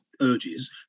urges